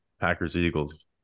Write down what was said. Packers-Eagles